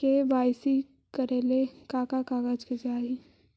KYC करे ला का का कागजात चाही?